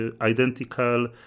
identical